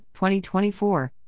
2024